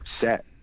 set